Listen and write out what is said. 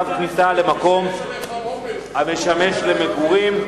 15) (צו כניסה למקום המשמש למגורים).